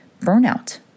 burnout